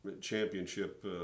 championship